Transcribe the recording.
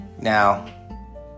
Now